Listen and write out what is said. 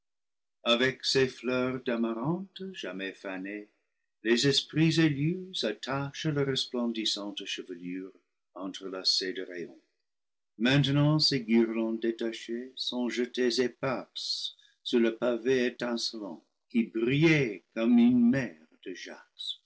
avec ces fleurs d'amarante jamais fanées les esprits élus attachent leur resplendissante chevelure entrelacée de rayons maintenant ces guirlandes détachées sont jetées éparses sur le pavé étincelant qui brillait comme une mer de jaspe